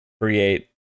create